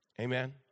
Amen